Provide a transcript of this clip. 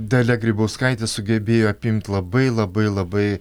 dalia grybauskaitė sugebėjoapimt labai labai labai